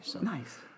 Nice